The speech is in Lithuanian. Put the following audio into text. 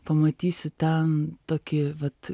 pamatysi ten tokį vat